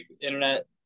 internet